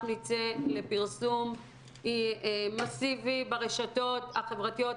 נצא לפרסום מסיבי ברשתות החברתיות,